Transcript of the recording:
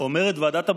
אומרת ועדת הבחירות: